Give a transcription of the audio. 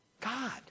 God